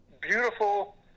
beautiful